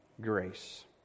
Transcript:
grace